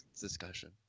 discussion